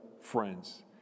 friends